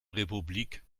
republik